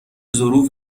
ظروف